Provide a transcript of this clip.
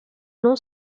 non